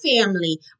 family